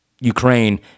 Ukraine